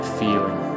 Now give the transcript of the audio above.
feeling